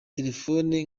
telefone